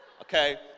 Okay